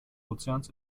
ozeans